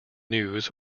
news